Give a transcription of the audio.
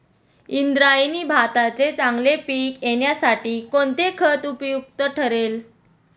इंद्रायणी भाताचे चांगले पीक येण्यासाठी कोणते खत उपयुक्त ठरेल?